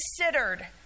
considered